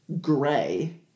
gray